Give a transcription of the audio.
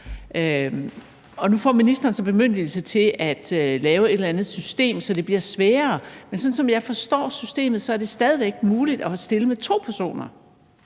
Nu får ministeren bemyndigelse til at lave et eller andet system, så det bliver sværere, men sådan som jeg forstår systemet, er det stadig væk muligt at stille med to personer